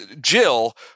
Jill